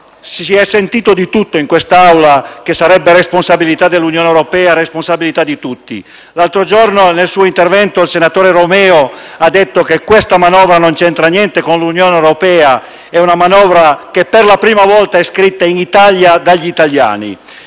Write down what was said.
Si è sentito di tutto in questa Aula: che sarebbe responsabilità dell'Unione europea e responsabilità di tutti. L'altro giorno, nel suo intervento, il senatore Romeo ha detto che questa manovra non c'entra niente con l'Unione europea e che è una manovra che per la prima volta è scritta in Italia dagli italiani.